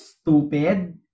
stupid